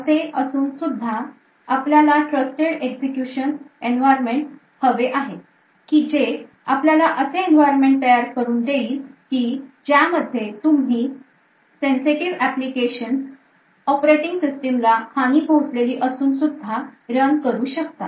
असे असून सुद्धा आपल्याला Trusted Execution Environment हवे आहे की जे आपल्याला असे एन्व्हायरमेंट तयार करून देईन की ज्यामध्ये तुम्ही sensitive applications operating system ला हानी पोहोचलेली असून सुद्धा रन करू शकतात